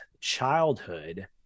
childhood